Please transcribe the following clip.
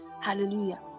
hallelujah